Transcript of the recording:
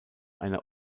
einer